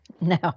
No